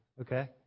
okay